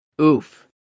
Oof